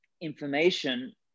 information